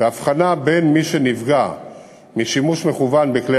והבחנה בין מי שנפגע משימוש מכוון בכלי